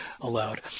allowed